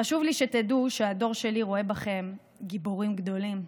חשוב לי שתדעו שהדור שלי רואה בכם גיבורים גדולים,